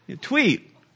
tweet